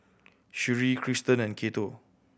Sherree Krysten and Cato